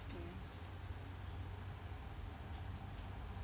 experience